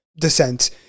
descent